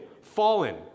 fallen